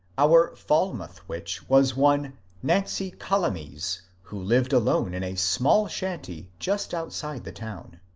our falmouth witch was one nancy calamese, who lived alone in a small shanty just outside the town.